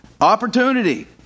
Opportunity